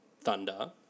Thunder